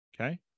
okay